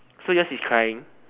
so yours is crying